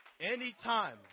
anytime